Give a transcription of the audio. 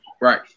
Right